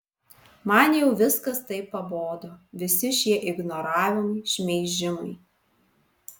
man jau viskas taip pabodo visi šie ignoravimai šmeižimai